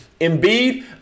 Embiid